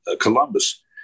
Columbus